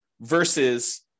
versus